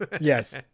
Yes